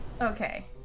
Okay